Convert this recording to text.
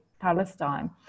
Palestine